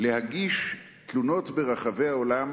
להגיש תלונות ברחבי העולם